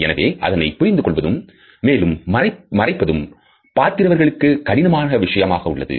எனவே அதனைப் புரிந்து கொள்வதும் மேலும் மறைப்பதும் பார்க்கிறவர்களுக்கு கடினமான விஷயமாக உள்ளது